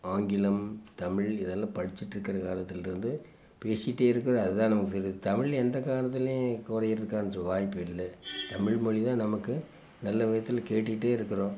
ஆங்கிலம் தமிழ் இதெல்லாம் படிச்சுட்ருக்கற காலத்திலருந்து பேசிகிட்டே இருக்கிறது அதுதான் நமக்கு இது தமிழ் எந்த காலத்துலேயும் குறைகிறதுக்கு கொஞ்ச வாய்ப்பு இல்லை தமிழ் மொழி தான் நமக்கு நல்ல விதத்தில் கேட்டுகிட்டே இருக்கிறோம்